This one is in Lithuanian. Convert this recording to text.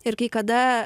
ir kai kada